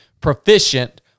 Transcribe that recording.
proficient